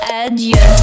adieu